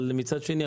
מצד שני,